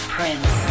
Prince